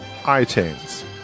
iTunes